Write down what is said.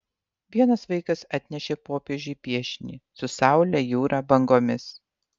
vienas vaikas atnešė popiežiui piešinį su saule jūra bangomis